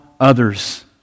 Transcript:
others